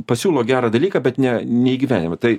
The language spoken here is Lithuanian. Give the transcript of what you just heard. pasiūlo gerą dalyką bet ne neįgyvenidina tai